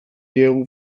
diegu